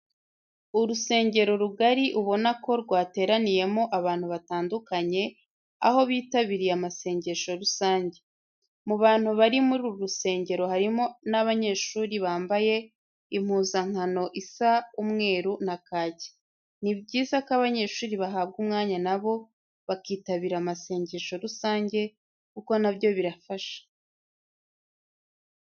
Urusengero rugari ubona ko rwateraniyemo abantu batandukanye, aho bitabiriye amasengesho rusange. Mu bantu bari muri uru rusengero harimo n'abanyeshuri bambaye impuzankano isa umweru na kake. Ni byiza ko abanyeshuri bahabwa umwanya na bo bakitabira amasengesho rusange kuko na byo bibafasha.